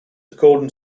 according